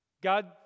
God